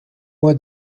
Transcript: moi